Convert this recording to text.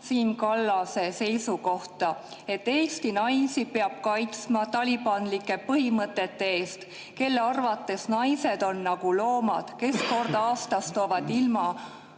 Siim Kallase seisukohta, et Eesti naisi peab kaitsma talibanlike põhimõtete eest, [mille kohaselt] naised on nagu loomad, kes kord aastas toovad ilmale